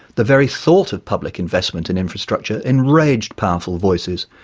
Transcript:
the very thought of public investment in infrastructure enraged powerful voices,